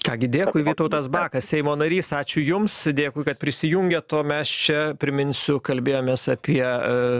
ką gi dėkui vytautas bakas seimo narys ačiū jums dėkui kad prisijungėt o mes čia priminsiu kalbėjomės apie